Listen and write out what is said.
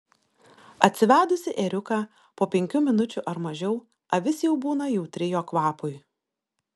atsivedusi ėriuką po penkių minučių ar mažiau avis jau būna jautri jo kvapui